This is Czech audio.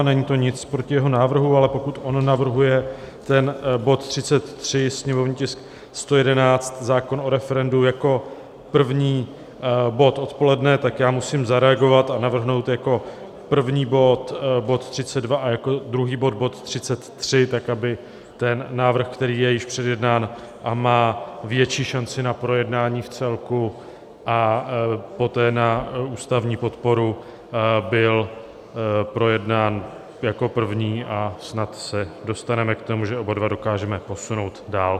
Není to nic proti jeho návrhu, ale pokud on navrhuje bod 33, sněmovní tisk 111, zákon o referendu, jako první bod odpoledne, tak já musím zareagovat a navrhnout jako první bod 32 a jako druhý bod 33, tak aby návrh, který je již předjednán a má větší šanci na projednání vcelku a poté na ústavní podporu, byl projednán jako první, a snad se dostaneme k tomu, že oba dva dokážeme posunout dál.